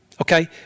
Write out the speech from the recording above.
okay